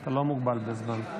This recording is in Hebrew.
אתה לא מוגבל בזמן.